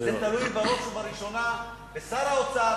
זה תלוי בראש ובראשונה בשר האוצר,